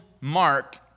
Mark